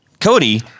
Cody